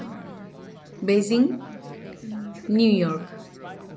Beijing New York